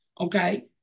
okay